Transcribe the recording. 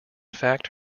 fact